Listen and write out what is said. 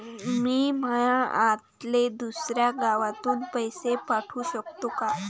मी माया आत्याले दुसऱ्या गावातून पैसे पाठू शकतो का?